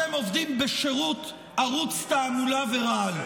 אתם עובדים בשירות ערוץ תעמולה ורעל,